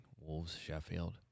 Wolves-Sheffield